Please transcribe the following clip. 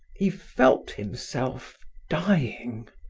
he felt himself dying,